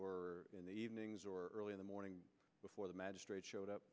or in the evenings or early in the morning before the magistrate showed up